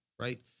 right